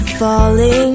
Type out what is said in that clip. falling